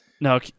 No